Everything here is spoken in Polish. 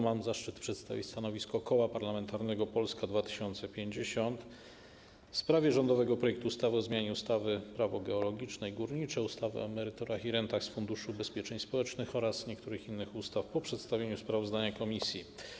Mam zaszczyt przedstawić stanowisko Koła Parlamentarnego Polska 2050 w sprawie rządowego projektu ustawy o zmianie ustawy - Prawo geologiczne i górnicze, ustawy o emeryturach i rentach z Funduszu Ubezpieczeń Społecznych oraz niektórych innych ustaw po przedstawieniu sprawozdania komisji.